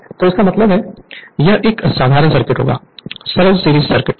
Refer Slide Time 1423 तो इसका मतलब है यह एक साधारण सर्किट होगा सरल सीरीज सर्किट